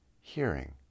hearing